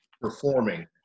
performing